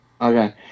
Okay